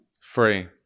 Free